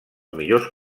millors